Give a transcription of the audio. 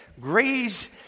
graze